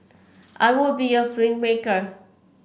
I would be a filmmaker